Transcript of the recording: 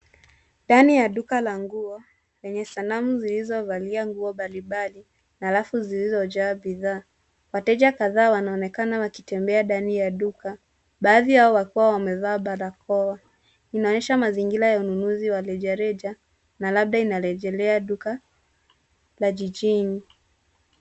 Ndani ya duka la nguo, lenye sanamu zilizo valia nguo mbalimbali, na rafu zilizojaa bidhaa. Wateja kadhaa wanaonekana wakitembea ndani ya duka. Baadhi yao wakiwa wamevaa barakoa. Inaonyesha mazingira ya ununuzi wa rejareja, na labda inarejelea duka la jijini.